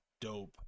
dope